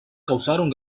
causaron